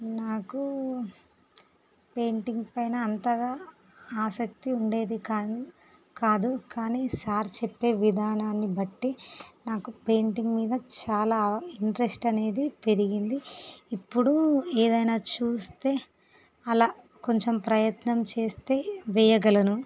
నాకు పెయింటింగ్ పైన అంతగా ఆసక్తి ఉండేది కానీ కాదు కానీ సార్ చెప్పే విధానాన్ని బట్టి నాకు పెయింటింగ్ మీద చాలా ఇంట్రస్ట్ అనేది పెరిగింది ఇప్పుడు ఏదైన చూస్తే అలా కొంచెం ప్రయత్నం చేస్తే వేయగలను